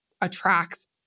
attracts